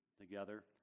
together